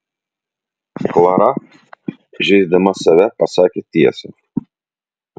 klara žeisdama save pasakė tiesą